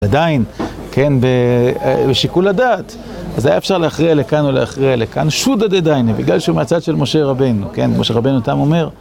עדיין, כן, בשיקול הדת, אז היה אפשר להכריע לכאן או להכריע לכאן, שוד עדיין, בגלל שהוא מהצד של משה רבנו, כן, כמו שרבנו אותם אומר.